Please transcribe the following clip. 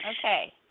Okay